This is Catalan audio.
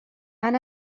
han